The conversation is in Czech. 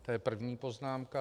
To je první poznámka.